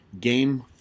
Game